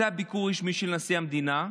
זה היה ביקור רשמי של נשיא המדינה,